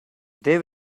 they